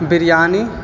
biryani